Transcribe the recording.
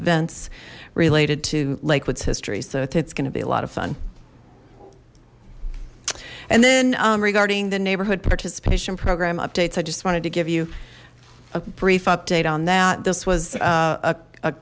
events related to lake woods history so it's going to be a lot of fun and then regarding the neighborhood participation program updates i just wanted to give you a brief update on that this was